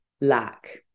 lack